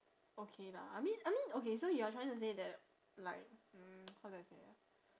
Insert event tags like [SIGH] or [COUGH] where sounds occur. okay lah I mean I mean okay so you are trying to say that like mm [NOISE] how do I say ah